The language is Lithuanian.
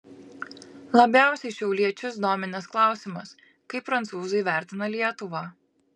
labiausiai šiauliečius dominęs klausimas kaip prancūzai vertina lietuvą